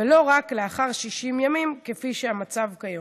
ולא רק לאחר 60 ימים כפי שהמצב הוא כיום.